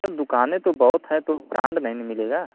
sir दुकानें तो बहुत हैं तो ब्रांड नहीं न मिलेगा